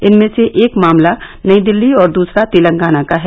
इनमें से एक मामला नई दिल्ली और दूसरा तेलंगाना का है